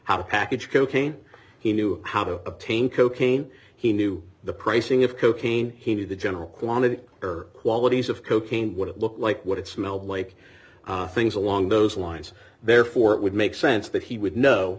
how to package cocaine he knew how to obtain cocaine he knew the pricing of cocaine he knew the general quantity or qualities of cocaine what it looked like what it smelled like things along those lines therefore it would make sense that he would know